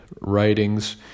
writings